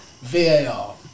VAR